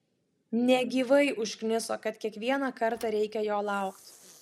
negyvai užkniso kad kiekvieną kartą reikia jo laukt